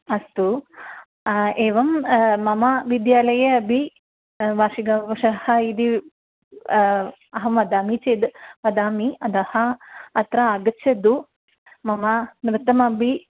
अस्तु एवं मम विद्यालये अपि वार्षिकाघोषः इति अहं वदामि चेद् वदामि अतः अत्र आगच्छतु मम नृत्यमपि